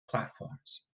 platforms